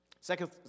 Second